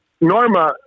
Norma